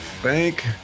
Thank